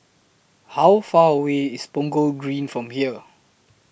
How Far away IS Punggol Green from here